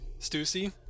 Stussy